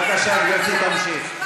בבקשה, גברתי תמשיך.